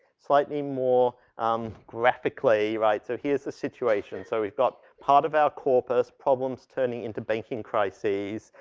slightly more um graphically right. so here's the situation. so we've got part of our corpus problems turning into banking crisis,